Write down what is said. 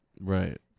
Right